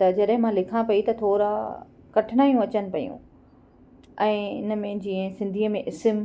त जॾहिं मां लिखा पई त थोरा कठिनायूं अचनि पियूं ऐं इनमें जीअं सिंधीअ में